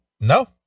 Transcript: No